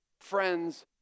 friends